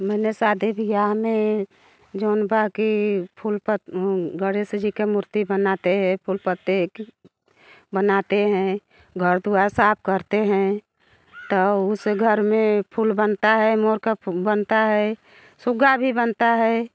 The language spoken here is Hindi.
मैंने शादी बियाह में जौन बाक़ी फूल गणेश जी की मूर्ति बनाते हैं फूल पत्ते की बनाते हैं घर द्वार साफ़ करते हैं तो उस घर में फूल बनता है मोर का फूल बनता है सुग्गा भी बनता है